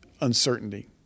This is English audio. uncertainty